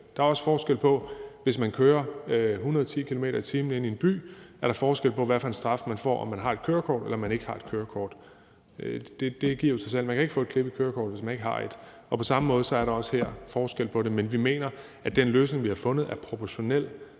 Der er også forskel på straffen, hvis man kører 110 km/t. inde i en by, om man har et kørekort eller ikke har et kørekort. Det giver jo sig selv. Men kan ikke få et klip i kørekortet, hvis man ikke har et. På samme måde er der også her forskel på det. Men vi mener, at den løsning, vi har fundet, er proportionel,